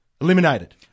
Eliminated